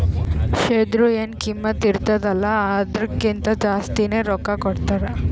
ಶೇರ್ದು ಎನ್ ಕಿಮ್ಮತ್ ಇರ್ತುದ ಅಲ್ಲಾ ಅದುರ್ಕಿಂತಾ ಜಾಸ್ತಿನೆ ರೊಕ್ಕಾ ಕೊಡ್ತಾರ್